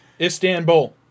Istanbul